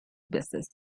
buses